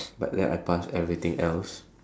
but then I passed everything else